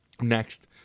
Next